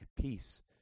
peace